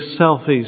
selfies